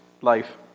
life